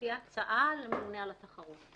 לפי ההצעה, הממונה על התחרות.